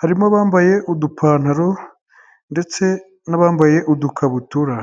harimo abambaye udupantaro ndetse n'abambaye udukabutura.